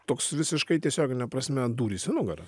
toks visiškai tiesiogine prasme dūris į nugarą